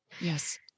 Yes